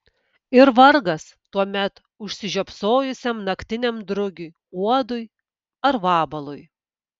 ir vargas tuomet užsižiopsojusiam naktiniam drugiui uodui ar vabalui